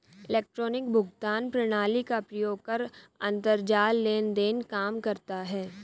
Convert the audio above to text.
electronic भुगतान प्रणाली का प्रयोग कर अंतरजाल लेन देन काम करता है